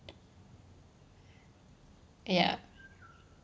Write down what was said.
ya